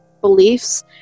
beliefs